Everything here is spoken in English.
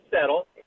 settle